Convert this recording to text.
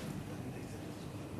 בבקשה.